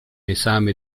esame